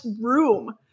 room